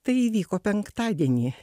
tai įvyko penktadienį